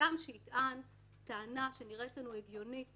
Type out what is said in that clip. אדם שיטען טענה שנראית לנו הגיונית במקום,